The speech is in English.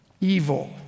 evil